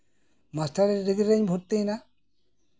master degree ᱨᱤᱧ ᱵᱷᱚᱨᱛᱤ ᱭᱮᱱᱟ